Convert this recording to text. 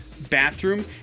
bathroom